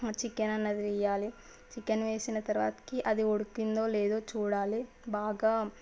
chicken అనేది వేయాలి chicken వేసిన తరువాతకి అది ఉడికిందో లేదో చూడాలి బాగా